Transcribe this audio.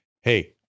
hey